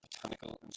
botanical